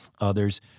others